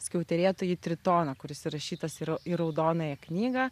skiauterėtąjį tritoną kuris įrašytas yra į raudonąją knygą